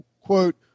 quote